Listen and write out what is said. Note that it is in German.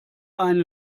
eine